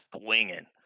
swinging